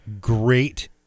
great